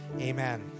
Amen